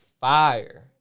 fire